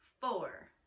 four